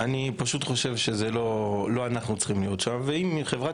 אני פשוט חושב שזה לא אנחנו צריכים להיות שם ואם חברת